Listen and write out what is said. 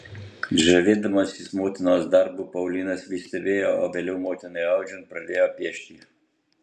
žavėdamasis motinos darbu paulinas vis stebėjo o vėliau motinai audžiant pradėjo piešti